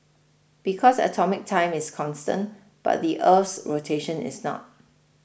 because atomic time is constant but the Earth's rotation is not